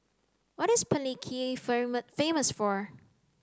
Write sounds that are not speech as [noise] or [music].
what is Palikir [unintelligible] famous for